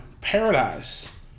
paradise